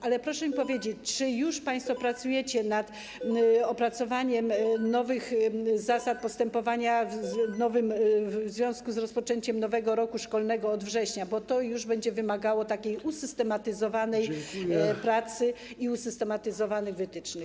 Ale proszę mi powiedzieć, czy już państwo pracujecie nad opracowaniem nowych zasad postępowania w związku z rozpoczęciem nowego roku szkolnego od września, bo to już będzie wymagało usystematyzowanej pracy i usystematyzowanych wytycznych.